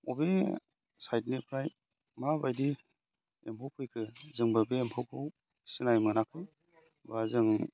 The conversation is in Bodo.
बबे सायडनिफ्राय माबायदि एम्फौ फैखो जोंबो बे एम्फौखौ सिनाय मोनाखै बा जों